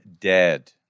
dead